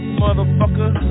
motherfucker